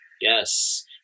yes